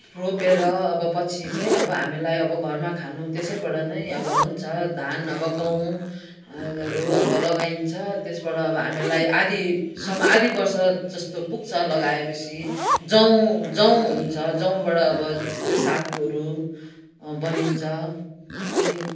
रोपेर अब पछि चाहिँ अब हामीलाई अब घरमा खानु त्यसैबाट नै अब हुन्छ धान अब गहुँहरू अब लगाइन्छ त्यसबाट अब हामीलाई आधासम्म आधा वर्ष जस्तो पुग्छ लगाए पछि जहुँ जहुँ हुन्छ जहुँबाट अब जस्तै सातुहरू बनिन्छ त्यहाँदेखि अब